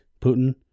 putin